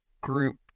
group